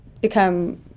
become